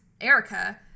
Erica